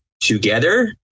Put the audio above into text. together